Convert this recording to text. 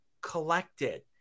collected